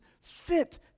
fit